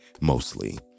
Mostly